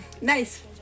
Nice